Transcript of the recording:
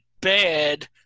bad